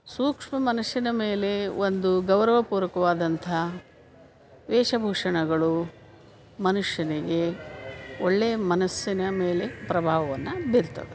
ಸೂಕ್ಷ್ಮ ಮನಸ್ಸಿನ ಮೇಲೆ ಒಂದು ಗೌರವಪೂರ್ವಕವಾದಂತಹ ವೇಷಭೂಷಣಗಳು ಮನುಷ್ಯನಿಗೆ ಒಳ್ಳೆಯ ಮನಸ್ಸಿನ ಮೇಲೆ ಪ್ರಭಾವವನ್ನ ಬೀರ್ತದೆ